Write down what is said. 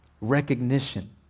Recognition